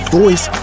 voice